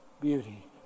beauty